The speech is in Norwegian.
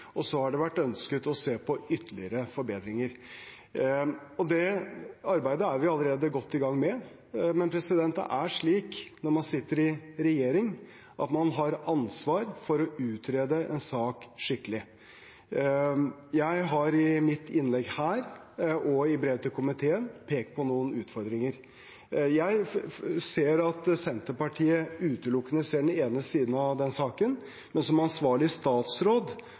Og så har det vært ønsket å se på ytterligere forbedringer. Det arbeidet er vi allerede godt i gang med. Men det er slik at når man sitter i regjering, har man ansvar for å utrede en sak skikkelig. Jeg har i mitt innlegg her og i brev til komiteen pekt på noen utfordringer. Jeg ser at Senterpartiet utelukkende ser den ene siden av den saken, men som ansvarlig statsråd